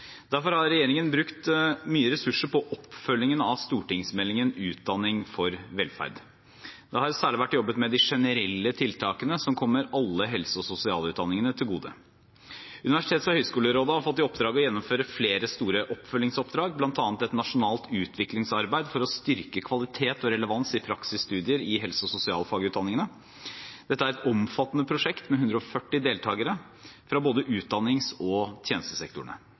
Derfor har regjeringen brukt mye ressurser på oppfølgingen av stortingsmeldingen Utdanning for velferd. Det har særlig vært jobbet med de generelle tiltakene, som kommer alle helse- og sosialutdanningene til gode. Universitets- og høgskolerådet har fått i oppdrag å gjennomføre flere store oppfølgingsoppdrag, bl.a. et nasjonalt utviklingsarbeid for å styrke kvalitet og relevans i praksisstudier i helse- og sosialfagutdanningene. Dette er et omfattende prosjekt med 140 deltakere fra både utdannings- og tjenestesektorene.